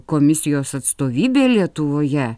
komisijos atstovybė lietuvoje